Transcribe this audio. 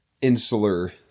Insular